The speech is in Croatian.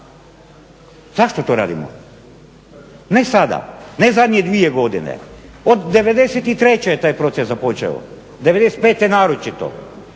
Zašto to radimo? Ne sada, ne zadnje dvije godine, od 93. je taj proces započeo, 95. naročito